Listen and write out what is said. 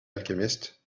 alchemist